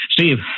Steve